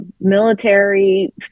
military